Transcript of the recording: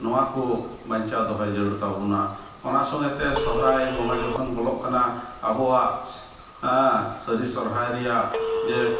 ᱱᱚᱣᱟᱠᱚ ᱵᱟᱧᱪᱟᱣ ᱫᱚᱦᱚ ᱡᱟᱹᱨᱩᱲ ᱛᱟᱵᱚᱱᱟ ᱚᱱᱟ ᱥᱚᱸᱜᱮᱛᱮ ᱥᱚᱦᱚᱨᱟᱭ ᱵᱚᱸᱜᱟ ᱡᱚᱠᱷᱚᱱ ᱵᱚᱞᱚᱜ ᱠᱟᱱᱟ ᱟᱵᱚᱣᱟᱜ ᱥᱟᱹᱨᱤ ᱥᱚᱦᱚᱨᱟᱭ ᱨᱮᱭᱟᱜ ᱡᱮ